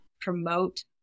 promote